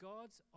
God's